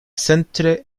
centre